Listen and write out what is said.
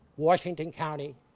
washington county,